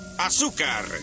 Azúcar